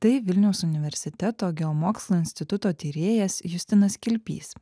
tai vilniaus universiteto geomokslų instituto tyrėjas justinas kilpys